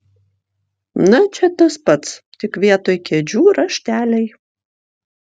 na čia tas pats tik vietoj kėdžių rašteliai